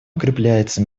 укрепляется